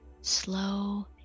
slow